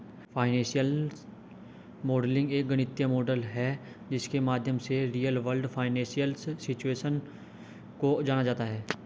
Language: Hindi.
फाइनेंशियल मॉडलिंग एक गणितीय मॉडल है जिसके माध्यम से रियल वर्ल्ड फाइनेंशियल सिचुएशन को जाना जाता है